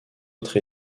autres